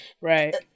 Right